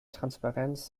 transparenz